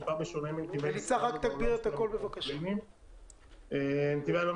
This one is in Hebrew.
בשונה טיפה מנתיבי ישראל --- נתיבי איילון